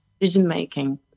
decision-making